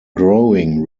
growing